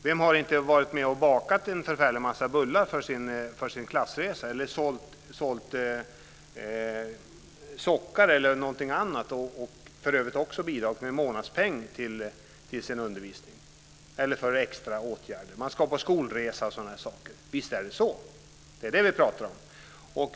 Vem har inte varit med och bakat en förfärlig massa bullar för en klassresa, sålt sockor eller någonting annat och för övrigt också bidragit med månadspeng till sin undervisning eller för extra åtgärder? Eleverna ska på skolresa, och sådana saker. Visst är det så. Det är vad vi talar om.